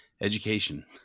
education